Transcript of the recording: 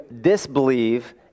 disbelieve